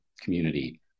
community